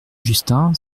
justin